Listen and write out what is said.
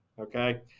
Okay